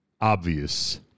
obvious